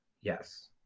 yes